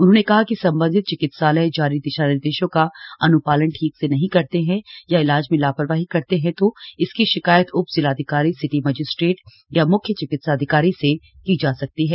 उन्होंने कहा कि सम्बन्धित चिकित्सालय जारी दिशा निर्देशों का अन्पालन ठीक से नहीं करते हैं या इलाज में लापरवाही करते हैं तो इसकी शिकायत उप जिलाधिकारी सिटी मजिस्ट्रेट या मुख्य चिकित्साधिकारी से की जा सकती है